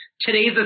today's